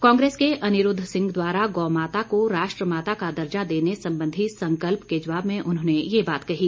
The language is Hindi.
कांग्रेस के अनिरूद्व सिंह द्वारा गौ माता को राष्ट्र माता का दर्जा देने संबंधी संकल्प के जवाब में उन्होंने ये बात कही